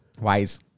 Wise